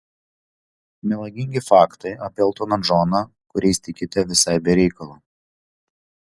melagingi faktai apie eltoną džoną kuriais tikite visai be reikalo